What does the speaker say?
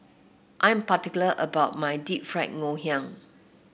I'm particular about my Deep Fried Ngoh Hiang